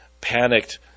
panicked